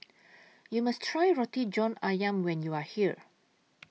YOU must Try Roti John Ayam when YOU Are here